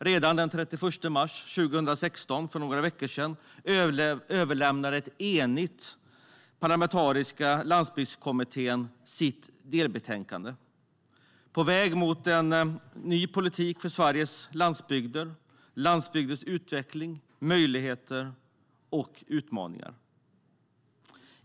Redan den 31 mars 2016 - för några veckor sedan - överlämnade den eniga parlamentariska landsbygdskommittén sitt delbetänkande, På väg mot en ny politik för Sveriges landsbygder - landsbygdernas utveck ling, möjligheter och utmaningar .